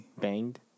Banged